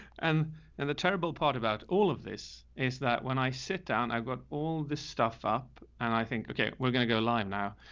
and then and the terrible part about all of this is that when i sit down, i've got all this stuff up and i think, okay, we're going to go live now.